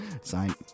Sign